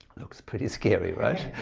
looks pretty scary, right?